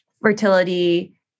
fertility